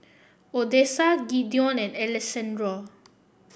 Odessa Gideon and Alessandro